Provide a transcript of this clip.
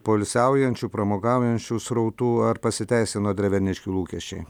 poilsiaujančių pramogaujančių srautų ar pasiteisino dreverniškių lūkesčiai